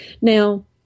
Now